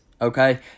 okay